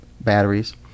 batteries